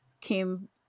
came